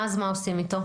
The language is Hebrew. ואז מה עושים איתו?